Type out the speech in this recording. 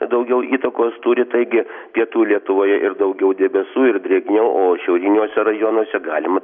daugiau įtakos turi taigi pietų lietuvoje ir daugiau debesų ir drėgmė o šiauriniuose rajonuose galima